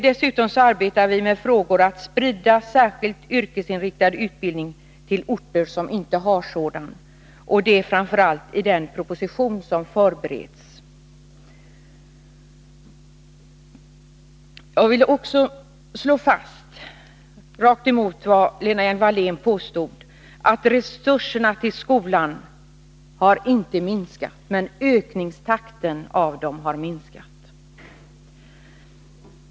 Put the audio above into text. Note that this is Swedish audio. Dessutom arbetar vi med vissa frågor, framför allt i den proposition som förbereds, för att sprida särskilt yrkesinriktad utbildning till orter som inte har sådan. Jag vill också slå fast — tvärtemot vad Lena Hjelm-Wallén påstod — att resurserna till skolan inte har minskat, men deras ökningstakt har minskat.